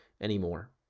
anymore